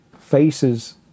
faces